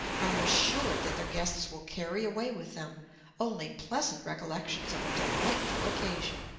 are assured that their guests will carry away with them only pleasant recollections of a delightful occasion.